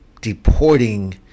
deporting